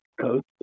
Coast